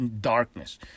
darkness